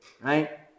right